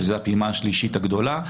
זו הפעימה השלישית הגדולה,